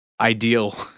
ideal